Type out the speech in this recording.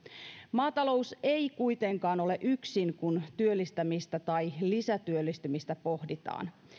maatalous ei kuitenkaan ole yksin kun työllistämistä tai lisätyöllistämistä pohditaan